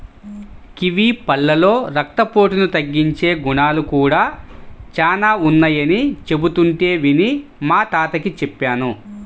kiwi పళ్ళలో రక్తపోటును తగ్గించే గుణాలు కూడా చానా ఉన్నయ్యని చెబుతుంటే విని మా తాతకి చెప్పాను